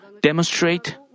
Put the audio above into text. demonstrate